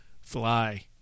Fly